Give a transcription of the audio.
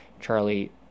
Charlie